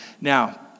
Now